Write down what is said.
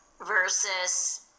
versus